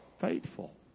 Faithful